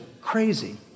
crazy